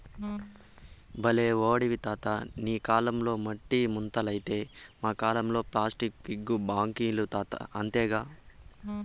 బల్లే ఓడివి తాతా నీ కాలంల మట్టి ముంతలైతే మా కాలంల ప్లాస్టిక్ పిగ్గీ బాంకీలు అంతేగా